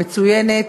מצוינת,